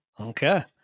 Okay